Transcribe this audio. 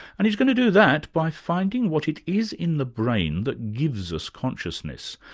and he's going to do that by finding what it is in the brain that gives us consciousness.